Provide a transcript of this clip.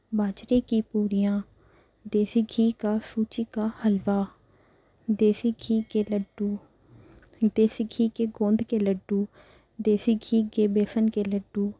باجرے کی پوریاں دیسی گھی کا سوجی کا حلوہ دیسی گھی کے لڈّو دیسی گھی کے گوند کے لڈّو دیسی گھی کے بیسن کے لڈّو